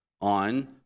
on